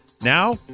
Now